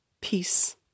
peace